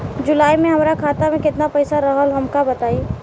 जुलाई में हमरा खाता में केतना पईसा रहल हमका बताई?